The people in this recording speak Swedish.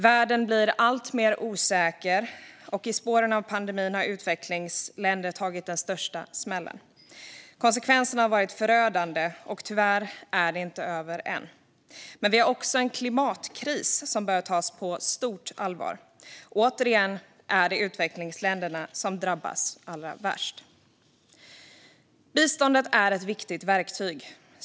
Världen blir alltmer osäker, och i spåren av pandemin har utvecklingsländer tagit den största smällen. Konsekvenserna har varit förödande, och tyvärr är det inte över än. Men vi har också en klimatkris som bör tas på stort allvar. Återigen är det utvecklingsländerna som drabbas allra värst. Biståndet är ett viktigt verktyg.